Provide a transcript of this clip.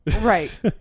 Right